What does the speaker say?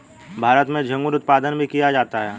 भारत में झींगुर उत्पादन भी किया जाता है